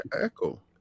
echo